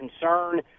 concern